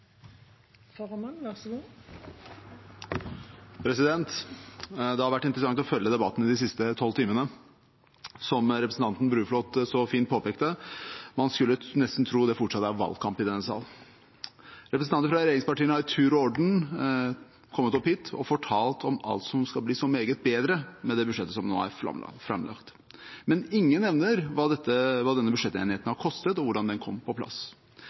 Det har vært interessant å følge debatten de siste tolv timene. Som representanten Bruflot så fint påpekte: Man skulle nesten tro det fortsatt er valgkamp i denne salen. Representanter fra regjeringspartiene har i tur og orden kommet opp hit og fortalt om alt som skal bli så meget bedre med det budsjettet som nå er framlagt. Men ingen nevner hva denne budsjettenigheten har kostet, og hvordan den kom på plass.